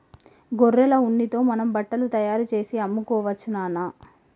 గొర్రెల ఉన్నితో మనం బట్టలు తయారుచేసి అమ్ముకోవచ్చు నాన్న